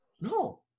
No